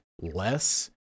less